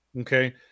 okay